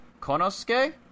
Konosuke